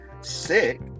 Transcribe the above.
sick